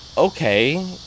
okay